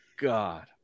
God